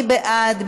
מי בעד?